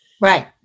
Right